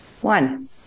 One